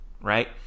right